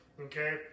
Okay